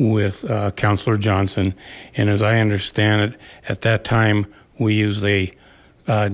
with councillor johnson and as i understand it at that time we us